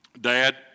dad